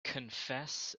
confess